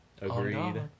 Agreed